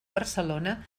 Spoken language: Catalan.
barcelona